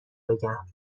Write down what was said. بگم